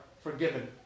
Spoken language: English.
forgiven